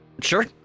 Sure